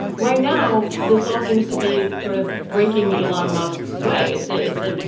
right now, this all seems to be sort of breaking. elon musk's way. it's ah it's a,